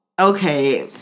okay